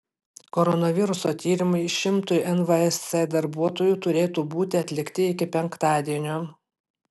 koronaviruso tyrimai šimtui nvsc darbuotojų turėtų būti atlikti iki penktadienio